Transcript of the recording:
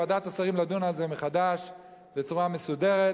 לוועדת השרים לדון על זה מחדש בצורה מסודרת,